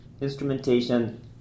instrumentation